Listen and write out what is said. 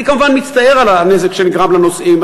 אני, כמובן, מצטער על הנזק שנגרם לנוסעים.